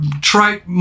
trite